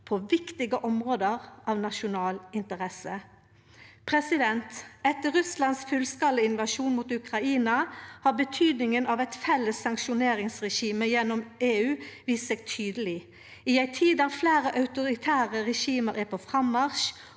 på viktige område av nasjonal interesse. Etter Russlands fullskalainvasjon av Ukraina har betydninga av eit felles sanksjonsregime gjennom EU vist seg tydeleg. I ei tid då fleire autoritære regime er på frammarsj